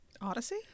Odyssey